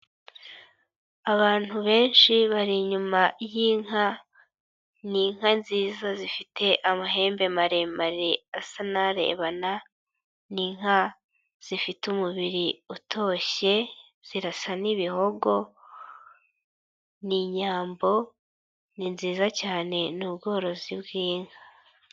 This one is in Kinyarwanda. Abantu benshi bari inyuma y'inka, ni inka nziza zifite amahembe maremare asa n'arebana, ni inka zifite umubiri utoshye zirasa n'ibihogo, ni inyambo, ni nziza cyane ni ubworozi bw'inka.